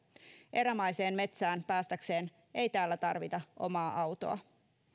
erämaiseen metsään päästäkseen ei täällä tarvita omaa autoa